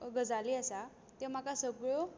गजाली आसात त्यो म्हाका सगळ्यो